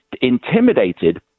intimidated